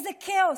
איזה כאוס.